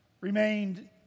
remained